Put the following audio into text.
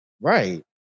Right